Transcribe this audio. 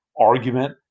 argument